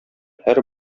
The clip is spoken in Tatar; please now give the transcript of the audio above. һәр